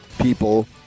people